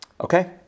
Okay